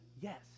Yes